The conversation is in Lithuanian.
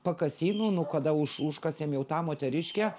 pakasynų nu kada už užkasėm jau tą moteriškę